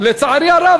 לצערי הרב,